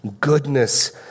goodness